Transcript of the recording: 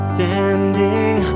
Standing